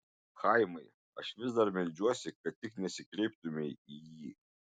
chaimai aš vis dar meldžiuosi kad tik nesikreiptumei į jį